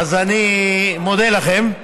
אני מודה לכם,